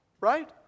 Right